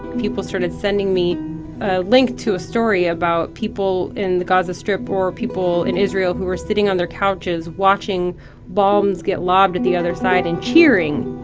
people started sending me a link to a story about people in the gaza strip or people in israel who were sitting on their couches, watching bombs get lobbed at the other side and cheering